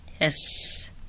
Yes